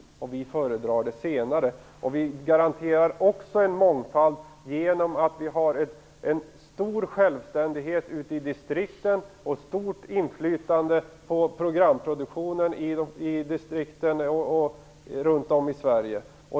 Vi föredrar det senare. Vi garanterar också en mångfald genom att vi har en stor självständighet och ett stort inflytande på programproduktionen ute i distrikten runt om i Sverige.